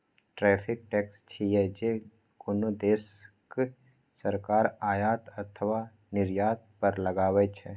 tariff tax छियै, जे कोनो देशक सरकार आयात अथवा निर्यात पर लगबै छै